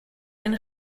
ein